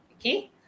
okay